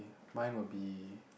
mine will be